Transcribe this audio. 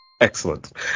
Excellent